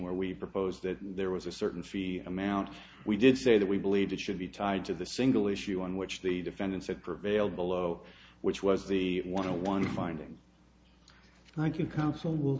where we proposed that there was a certain amount we did say that we believe it should be tied to the single issue on which the defendant said prevail below which was the one a one finding i can counsel will